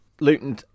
Luton